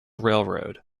railroad